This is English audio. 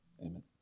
Amen